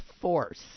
force